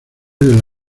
del